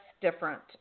different